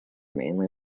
mainly